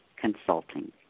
Consulting